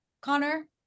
connor